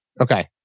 Okay